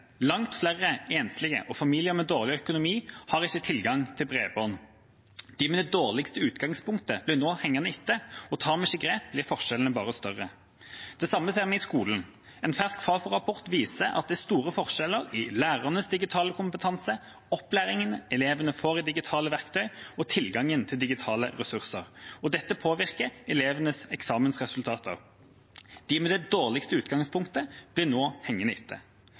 Langt flere enslige og familier med dårlig økonomi har ikke tilgang til bredbånd. De med det dårligste utgangspunktet blir nå hengende etter, og tar vi ikke grep, blir forskjellene bare større. Det samme ser vi i skolen. En fersk Fafo-rapport viser at det er store forskjeller i lærernes digitale kompetanse, opplæringen elevene får i digitale verktøy og tilgangen på digitale ressurser. Dette påvirker elevenes eksamensresultater. De med det dårligste utgangspunktet blir nå hengende etter.